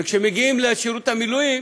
וכשמגיעים לשירות מילואים